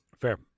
Fair